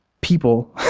people